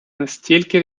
настільки